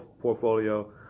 portfolio